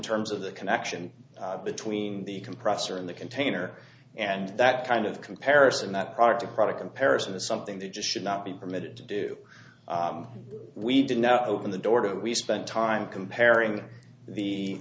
terms of the connection between the compressor and the container and that kind of comparison that product a product comparison is something that just should not be permitted to do we did now open the door to we spent time comparing the